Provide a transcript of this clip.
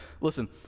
Listen